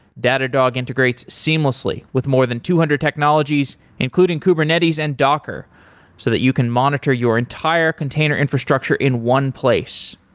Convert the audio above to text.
datadog integrates seamlessly with more than two hundred technologies, including kubernetes and docker so that you can monitor your entire container infrastructure in one place.